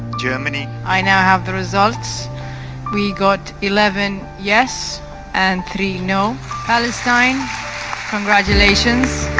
germany i now have the results we got eleven yes and three no palestine congratulations.